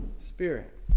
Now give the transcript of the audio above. Spirit